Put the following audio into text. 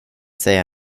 säga